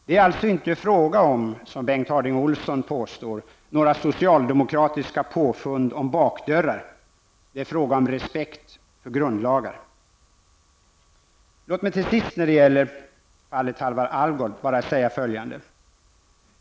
Det är alltså inte fråga om -- vilket Bengt Harding Olson påstår -- några socialdemokratiska påfund av bakdörrar. Det är fråga om respekt för grundlagar. Låt mig till sist beträffande fallet Halvar Alvgard bara säga följande.